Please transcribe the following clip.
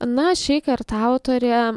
na šįkart autorė